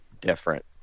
different